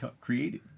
created